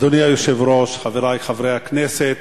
אדוני היושב-ראש, חברי חברי הכנסת,